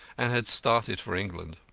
and had started for england.